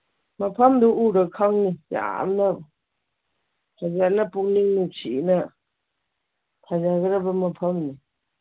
ꯃꯐꯝꯗꯨ ꯎꯔ ꯈꯪꯅꯤ ꯌꯥꯝꯅ ꯐꯖꯅ ꯄꯨꯛꯅꯤꯡ ꯅꯨꯡꯁꯤꯅ ꯐꯖꯒ꯭ꯔꯕ ꯃꯐꯝꯅꯤ